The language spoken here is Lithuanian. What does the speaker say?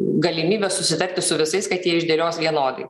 galimybės susitarti su visais kad jie išdėlios vienodai